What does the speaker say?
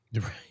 Right